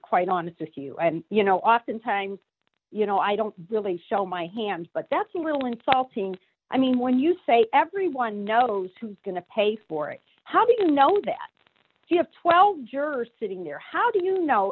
quite honest with you and you know oftentimes you know i don't really show my hands but that's a little insulting i mean when you say everyone knows who's going to pay for it how do you know that you have twelve dollars jurors sitting there how do you know